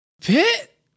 Pit